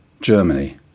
Germany